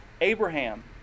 Abraham